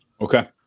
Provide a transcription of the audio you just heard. Okay